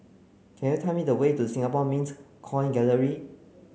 can you tell me the way to Singapore Mint Coin Gallery